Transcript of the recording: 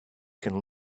can